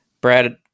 Brad